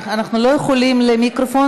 אנחנו לא יכולים למיקרופון,